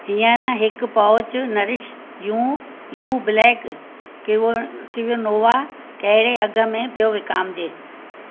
हींअर हिकु pouch nourish यूं यू ब्लैक किवो क्विनोआ कहिड़े अघ में पियो विकामिजे